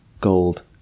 gold